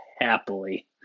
Happily